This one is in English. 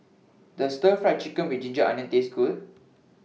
Does Stir Fried Chicken with Ginger Onions Taste Good